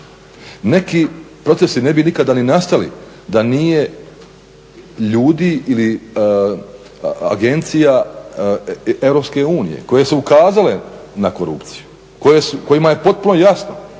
Neki procesi ne bi nikada ni nastali da nije ljudi ili agencija EU koje su ukazale na korupciju, kojima je potpuno jasno